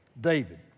David